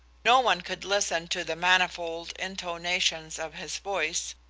no one could listen to the manifold intonations of his voice,